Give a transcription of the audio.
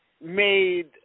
made –